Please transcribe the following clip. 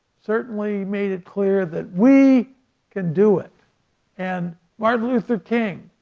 certainly made it clear that we can do it and martin luther king,